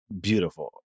Beautiful